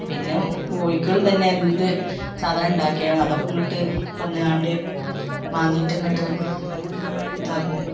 പിന്നെ കോയിക്കള് പിന്നെന്ത് സാധനം ഉണ്ടാക്കിയാലും അതൊക്കെ ഇങ്ങോട്ട് വന്ന്കാണ്ട് മാന്തിയിട്ടിങ്ങോട്ട് ഇതാക്കും